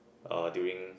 uh during